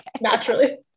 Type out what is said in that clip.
Naturally